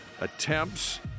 attempts